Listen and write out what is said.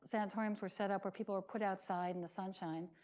sanatoriums were set up where people were put outside in the sunshine.